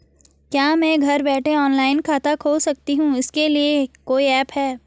क्या मैं घर बैठे ऑनलाइन खाता खोल सकती हूँ इसके लिए कोई ऐप है?